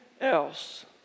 else